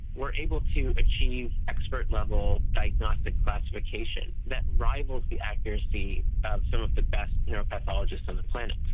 we are able to achieve expert level diagnostic classification that rivals the accuracy of some of the best neuropathologists on the planet.